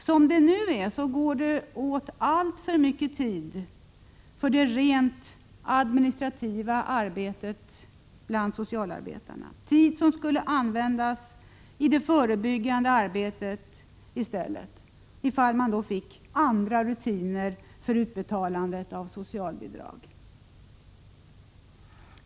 Som det nu är får socialarbetarna ägna alltför mycket tid åt det rent administrativa arbetet, tid som i stället skulle kunna användas i det förebyggande arbetet, ifall man fick andra rutiner för utbetalandet av socialbidrag.